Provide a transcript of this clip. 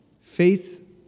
Faith